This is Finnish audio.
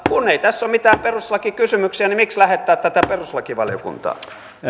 kun ei tässä ole mitään perustuslakikysymyksiä niin miksi lähettää tätä perustuslakivaliokuntaan